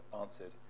answered